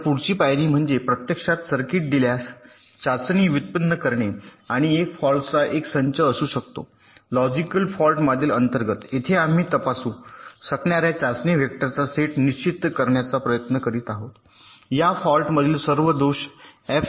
तर पुढची पायरी म्हणजे प्रत्यक्षात सर्किट दिल्यास चाचणी व्युत्पन्न करणे आणि एफ फॉल्ट्सचा एक संच असू शकतो लॉजिकल फॉल्ट मॉडेल अंतर्गत येथे आम्ही तपासू शकणार्या चाचणी व्हेक्टरचा सेट निश्चित करण्याचा प्रयत्न करीत आहोत या फॉल्ट मधील सर्व दोष एफ